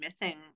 missing